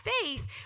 faith